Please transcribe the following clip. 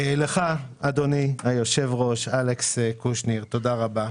ולך, אדוני היושב-ראש, אלכס קושניר, תודה רבה.